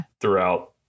throughout